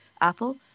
Apple